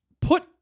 put